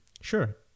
Sure